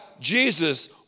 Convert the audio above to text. Jesus